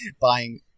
buying